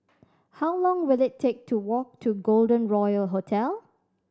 how long will it take to walk to Golden Royal Hotel